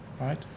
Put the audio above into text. Right